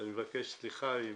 ואני מבקש סליחה אם